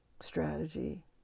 strategy